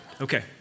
Okay